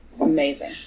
amazing